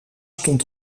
stond